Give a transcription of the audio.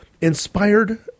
inspired